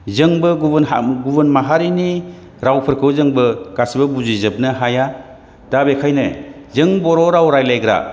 जोंबो गुबुन हा गुबुन माहारिनि रावफोरखौ जोंबो गासिबो बुजिजोबनो हाया दा बेखायनो जों बर' राव रायज्लायग्रा